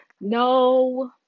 no